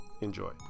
Enjoy